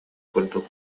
курдук